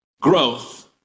growth